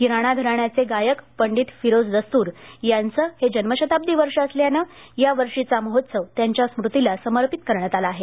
किराणा घराण्याचे गायक पंडित फिरोझ दस्तूर यांचं हे जन्मशताब्दी वर्ष असल्यानं या वर्षीचा महोत्सव त्यांच्या स्मृतीला समर्पित करण्यात आला आहे